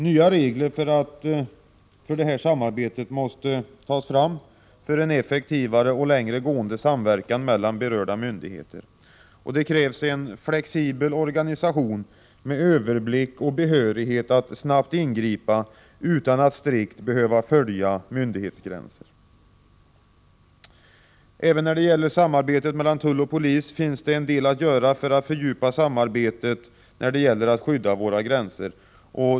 Nya regler för samarbetet måste tas fram för en effektivare och längre gående samverkan mellan berörda myndigheter. Det krävs en flexibel organisation med överblick och behörighet att snabbt ingripa utan att strikt behöva följa myndighetsgränser. Även när det gäller samarbetet mellan tull och polis finns det en del att göra för att fördjupa samarbetet för att skydda våra gränser.